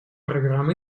программ